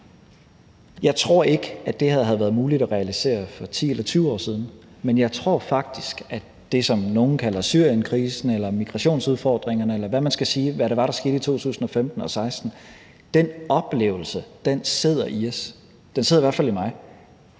Jeg tror ikke, at det her havde været muligt at realisere for 10 eller 20 år siden, men jeg tror faktisk, at den oplevelse, som nogle kalder Syrienkrisen eller migrationsudfordringen, eller hvad man skal kalde det, der skete i 2015 og 2016, sidder i os. Den sidder i hvert fald i mig.